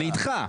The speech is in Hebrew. אני איתך.